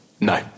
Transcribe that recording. No